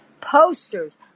posters